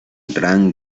gran